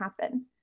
happen